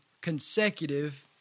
consecutive